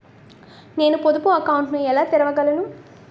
నేను పొదుపు అకౌంట్ను ఎలా తెరవగలను?